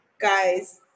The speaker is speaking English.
guys